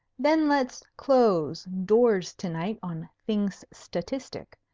then let's close doors to-night on things statistic,